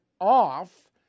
off